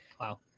wow